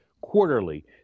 quarterly